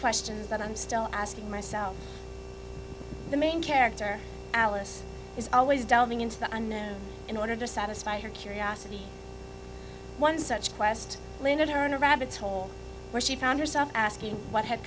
questions that i'm still asking myself the main character alice is always delving into the unknown in order to satisfy her curiosity one such quest landed her in a rabbit's hole where she found herself asking what had